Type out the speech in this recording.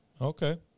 Okay